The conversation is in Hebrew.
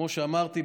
וכמו שאמרתי,